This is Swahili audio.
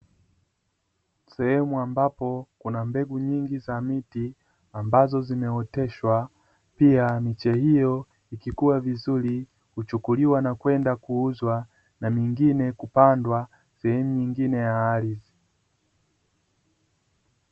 Sehemu ambapo kuna mbegu nyingi za miti ambazo zimeoteshwa, pia miche hiyo ikikua vizuri huchukuliwa na kwenda kuuzwa na mingine kupandwa sehemu nyingine ya ardhi.